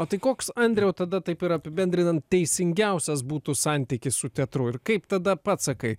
o tai koks andriau tada taip ir apibendrinant teisingiausias būtų santykis su teatru ir kaip tada pats sakai